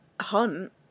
hunt